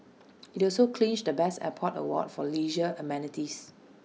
IT also clinched the best airport award for leisure amenities